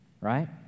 right